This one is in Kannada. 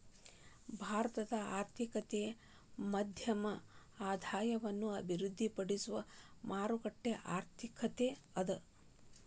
ಭಾರತದ ಆರ್ಥಿಕತೆ ಮಧ್ಯಮ ಆದಾಯವನ್ನ ಅಭಿವೃದ್ಧಿಪಡಿಸುವ ಮಾರುಕಟ್ಟೆ ಆರ್ಥಿಕತೆ ಅದ